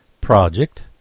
project